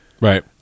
Right